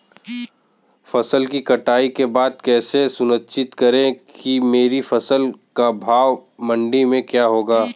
फसल की कटाई के बाद कैसे सुनिश्चित करें कि मेरी फसल का भाव मंडी में क्या होगा?